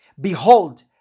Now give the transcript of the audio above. Behold